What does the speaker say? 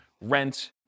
rent